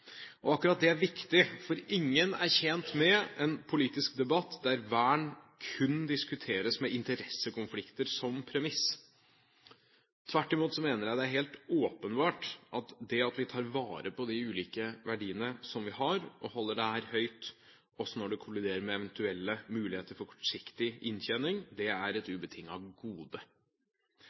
resultatet. Akkurat det er viktig, for ingen er tjent med en politisk debatt der vern kun diskuteres med interessekonflikter som premiss. Tvert imot mener jeg det er helt åpenbart at det er et ubetinget gode at vi tar vare på de ulike verdiene som vi har, og holder disse høyt også når de kolliderer med eventuelle muligheter for kortsiktig inntjening. Dette er det veldig mange som er